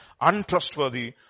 untrustworthy